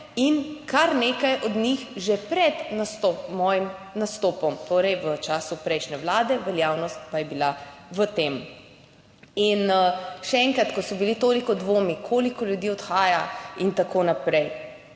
in kar nekaj od njih že pred mojim nastopom, torej v času prejšnje Vlade, veljavnost pa je bila v tem. In še enkrat, ko so bili toliko dvomi, koliko ljudi odhaja in tako naprej.